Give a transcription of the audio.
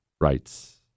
rights